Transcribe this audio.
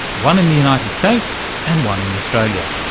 one in the united states and one in australia.